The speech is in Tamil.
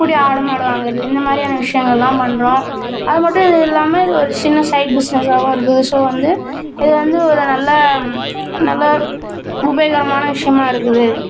குட்டி ஆடு மாடு வாங்குறது இந்த மாதிரியான விஷயங்கள்லாம் பண்ணுறோம் அது மட்டும் இது இல்லாமல் இது ஒரு சின்ன சைட் பிஸ்னஸாகவும் இருக்குது ஸோ வந்து இது வந்து ஒரு நல்ல நல்ல உபயோகரமான விஷயமா இருக்குது